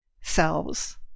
selves